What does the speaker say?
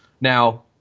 Now